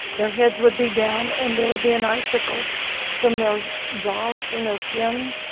their heads would be down and there would be an icicle from their jaws, from their chin,